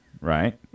right